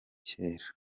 kera